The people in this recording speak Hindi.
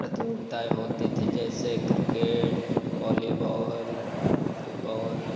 प्रतियोगिताएँ होती थीं जैसे क्रिकेट वॉलीबॉल फुटबॉल